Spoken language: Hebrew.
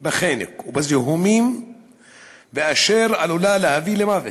בחנק ובזיהומים ועלולה להביא למוות.